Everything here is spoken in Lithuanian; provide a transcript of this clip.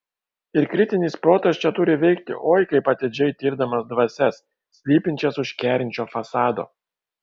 ir kritinis protas čia turi veikti oi kaip atidžiai tirdamas dvasias slypinčias už kerinčio fasado